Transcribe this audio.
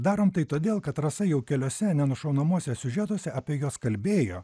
darom tai todėl kad rasa jau keliose nenušaunamuose siužetuose apie juos kalbėjo